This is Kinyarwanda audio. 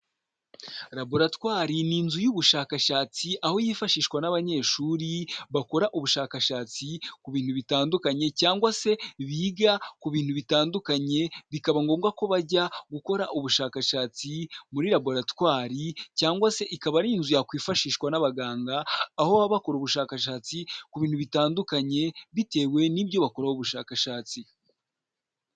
Laboratwari ni inzu y'ubushakashatsi, aho yifashishwa n'abanyeshuri bakora ubushakashatsi ku bintu bitandukanye cyangwa se biga ku bintu bitandukanye, bikaba ngombwa ko bajya gukora ubushakashatsi muri laboratwari cyangwa se ikaba ari inzu yakwifashishwa n'abaganga, aho baba bakora ubushakashatsi ku bintu bitandukanye bitewe n'ibyo bakoraho ubushakashatsi.